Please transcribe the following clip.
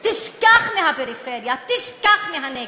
תשכח מהפריפריה, תשכח מהנגב,